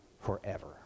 forever